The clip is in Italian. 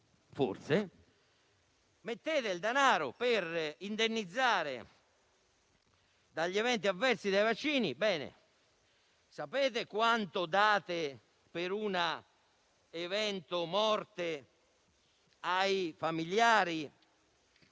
forse). Mettete quindi denaro per indennizzare gli eventi avversi da vaccini. Bene, sapete quanto date per l'evento avverso ai familiari